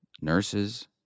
nurses